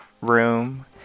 room